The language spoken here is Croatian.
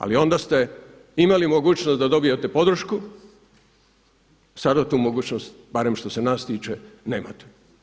Ali onda ste imali mogućnost da dobijete podršku, sada tu mogućnost, barem što se nas tiče, nemate.